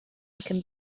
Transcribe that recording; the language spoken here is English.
can